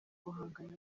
guhangana